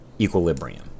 equilibrium